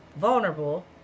Vulnerable